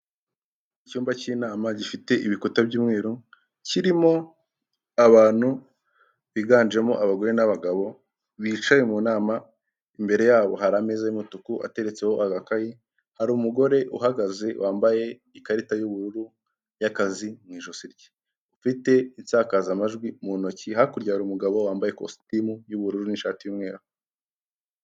Icyumba cy'inama gifite ibikuta by'umweru kirimo abantu biganjemo abagore n'abagabo bicaye mu nama imbere yabo ha ameza y'umutuku ateretseho agakayi, hari umugore uhagaze wambaye ikarita y'ubururu y'akazi mu ijosi rye ufite insakazamajwi mu ntoki, hakurya hari umugabo wambaye ikositimu y'ubururu n'ishati y'umweru.